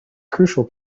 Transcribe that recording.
crucial